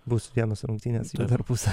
bus vienas rungtynes per pusę